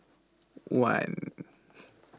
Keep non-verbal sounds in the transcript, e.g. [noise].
one [noise]